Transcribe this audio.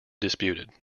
disputed